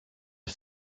are